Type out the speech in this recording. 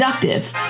productive